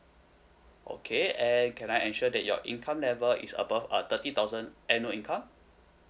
okay and can I ensure that your income level is above uh thirty thousand annual income